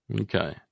Okay